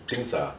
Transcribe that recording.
and things are